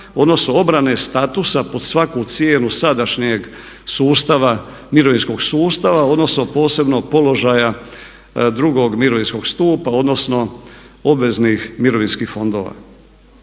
odnosno obrane statusa pod svaku cijenu sadašnjeg sustava, mirovinskog sustava odnosno posebno položaja drugog mirovinskog stupa odnosno obveznih mirovinskih fondova.